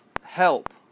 help